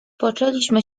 poczęliśmy